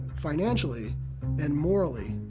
financially and morally,